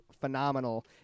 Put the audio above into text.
phenomenal